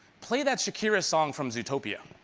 play that shakira song from zootopia